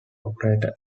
operator